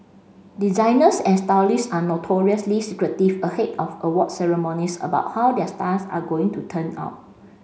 designers and stylists are notoriously secretive ahead of awards ceremonies about how their stars are going to turn out